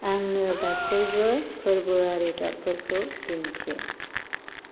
आंनो गासैबो फोरबोआरि गाबफोरखौ दिन्थि